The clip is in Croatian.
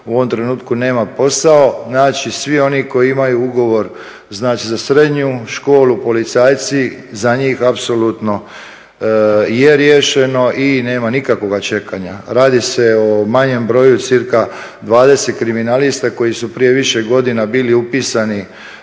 u ovom trenutku nema posao, naći će svi oni koji imaju ugovor, znači za srednju školu, policajci, za njih apsolutno je riješeno i nema nikakvoga čekanja. Radi se o manjem broju, cca 20 kriminalista koji su prije više godina bili upisani